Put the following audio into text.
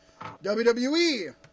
WWE